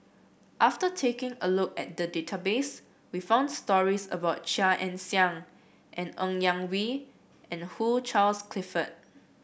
after taking a look at the database we found stories about Chia Ann Siang and Ng Yak Whee and Hugh Charles Clifford